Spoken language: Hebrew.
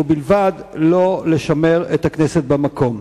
ובלבד שלא לשמר את היות הכנסת במקום.